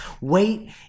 wait